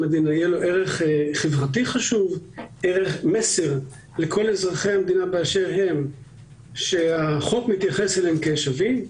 ערך חברתי חשוב ומסר לכל אזרחי המדינה שהחוק מתייחס אליהם כשווים,